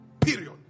Period